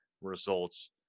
results